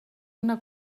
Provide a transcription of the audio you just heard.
una